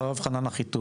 אחריו חנן אחיטוב.